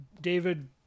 David